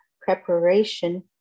preparation